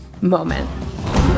moment